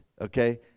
Okay